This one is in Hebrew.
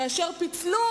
כאשר פיצלו,